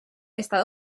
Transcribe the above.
està